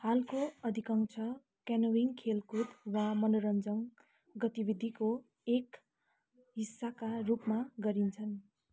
हालको अधिकांश क्यानोइङ खेलकुद वा मनोरञ्जन गतिविधिको एक हिस्साका रूपमा गरिन्छ